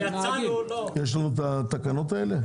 יש לנו התקנות האלה?